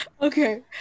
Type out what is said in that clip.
Okay